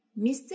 Mr